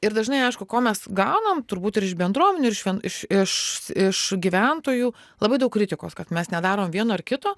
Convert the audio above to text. ir dažnai aišku ko mes gaunam turbūt ir iš bendruomenių iš iš iš gyventojų labai daug kritikos kad mes nedarom vieno ar kito